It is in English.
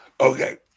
Okay